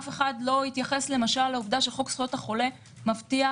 אף אחד לא התייחס למשל לעובדה שחוק זכויות החולה מבטיח